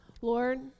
Lord